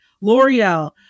l'oreal